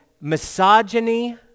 misogyny